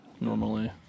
normally